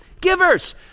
givers